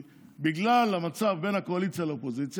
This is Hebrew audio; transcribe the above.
בגלל המצב בין הקואליציה לאופוזיציה,